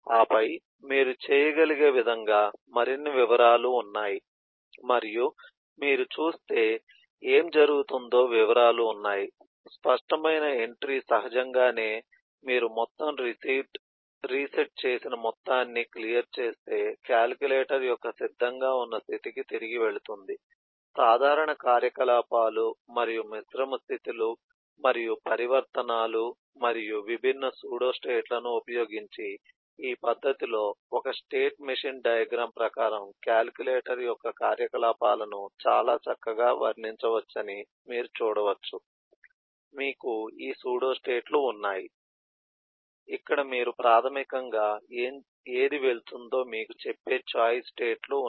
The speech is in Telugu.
ఆపై మీరు చేయగలిగే విధంగా మరిన్ని వివరాలు ఉన్నాయి మరియు మీరు చూస్తే ఏమి జరుగుతుందో వివరాలు ఉన్నాయి స్పష్టమైన ఎంట్రీ సహజంగానే మీరు మొత్తం రీసెట్ చేసిన మొత్తాన్ని క్లియర్ చేస్తే కాలిక్యులేటర్ యొక్క సిద్ధంగా ఉన్న స్థితికి తిరిగి వెళుతుంది సాధారణ కార్యకలాపాలు మరియు మిశ్రమ స్థితి లు మరియు పరివర్తనాలు మరియు విభిన్న సూడోస్టేట్లను ఉపయోగించి ఈ పద్ధతిలో ఒక స్టేట్ మెషీన్ డయాగ్రమ్ ప్రకారం కాలిక్యులేటర్ యొక్క కార్యకలాపాలను చాలా చక్కగా వర్ణించవచ్చని మీరు చూడవచ్చు మీకు ఈ సూడోస్టేట్లు ఉన్నాయి ఇక్కడ మీరు ప్రాథమికంగా ఏది వెళ్తుందో మీకు చెప్పే ఛాయిస్ స్టేట్ లు